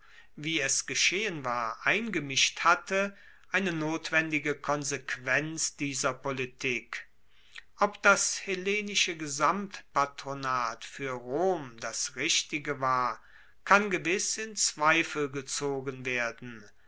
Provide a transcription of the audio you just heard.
wie es geschehen war eingemischt hatte eine notwendige konsequenz dieser politik ob das hellenische gesamtpatronat fuer rom das richtige war kann gewiss in zweifel gezogen werden